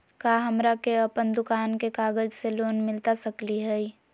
का हमरा के अपन दुकान के कागज से लोन मिलता सकली हई?